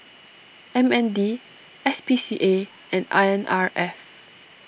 M N D S P C A and R N R F